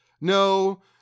no